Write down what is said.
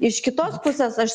iš kitos pusės aš